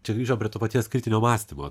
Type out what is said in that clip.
čia grįžo prie to paties kritinio mąstymo